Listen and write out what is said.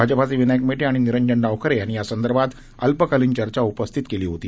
भाजपाचे विनायक मेटे आणि निरंजन डावखरे यांनी यासंदर्भात अल्पकालीन चर्चा उपस्थित केली होती